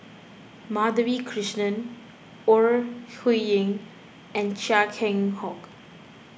Madhavi Krishnan Ore Huiying and Chia Keng Hock